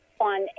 on